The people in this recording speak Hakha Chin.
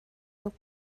tuk